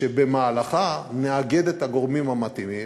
שבמהלכה נאגד את הגורמים המתאימים,